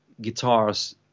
guitars